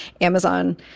Amazon